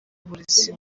uburezi